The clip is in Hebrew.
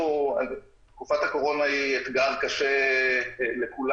תקופת הקורונה היא אתגר קשה לכולנו,